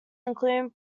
including